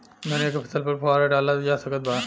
धनिया के फसल पर फुहारा डाला जा सकत बा?